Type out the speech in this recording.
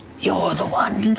you're the one